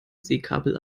seekabel